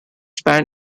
span